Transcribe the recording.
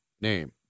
name